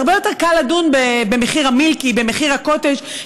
הרבה יותר קל לדון במחיר המילקי, במחיר הקוטג'.